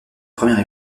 première